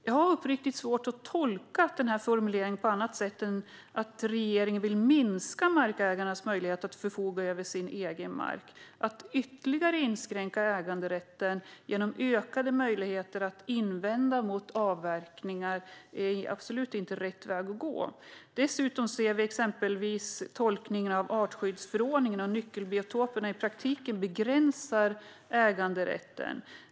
Jag har uppriktigt svårt att tolka den här formuleringen på annat sätt än att regeringen vill minska markägarens möjlighet att förfoga över sin egen mark. Att ytterligare inskränka äganderätten genom ökade möjligheter att invända mot avverkningar är absolut inte rätt väg att gå. Dessutom ser vi exempelvis att tolkningen av artskyddsförordningen och nyckelbiotoperna i praktiken begränsar äganderätten.